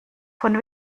von